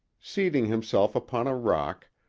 seating himself upon a rock,